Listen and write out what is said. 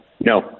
no